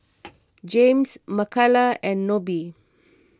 James Makala and Nobie